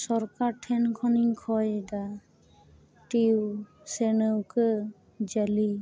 ᱥᱚᱨᱠᱟᱨ ᱴᱷᱮᱱ ᱠᱷᱚᱱᱤᱧ ᱠᱚᱭᱮᱫᱟ ᱴᱤᱭᱩ ᱥᱮ ᱱᱟᱹᱣᱠᱟᱹ ᱡᱷᱟᱹᱞᱤ